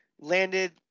landed